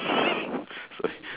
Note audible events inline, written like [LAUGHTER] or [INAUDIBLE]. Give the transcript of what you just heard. [LAUGHS] so